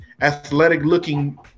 athletic-looking